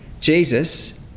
Jesus